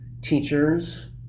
teachers